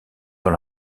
dans